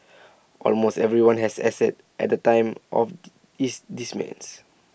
almost everyone has assets at the time of his